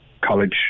college